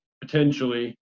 Potentially